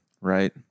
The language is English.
right